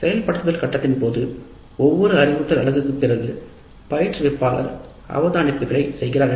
செயல்படுத்தும் கட்டத்தின் போது ஒவ்வொரு அறிவுறுத்தல் அலகுக்குப் பிறகு பயிற்றுவிப்பாளர் அவதானிப்புகளை செய்கிறார்